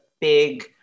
big